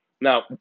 Now